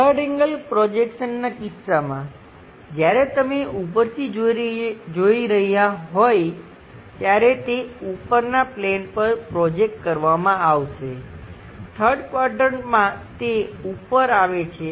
3rd angle પ્રોજેક્શનના કિસ્સામાં જ્યારે તમે ઉપરથી જોઈ રહ્યા હોય ત્યારે તે ઉપરના પ્લેન પર પ્રોજેકટ કરવામાં આવશે 3rd ક્વાડ્રંટમાં તે ઉપર આવે છે